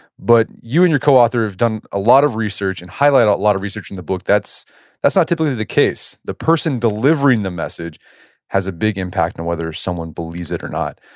but you and your coauthor have done a lot of research and highlight a lot of research in the book that's that's not typically the case. the person delivering the message has a big impact on whether someone believes it or not.